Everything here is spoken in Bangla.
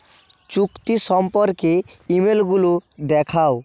চুক্তি সম্পর্কে ইমেলগুলো দেখাও